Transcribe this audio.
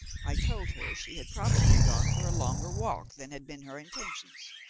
i told her she had probably gone for a longer walk than had been her intention,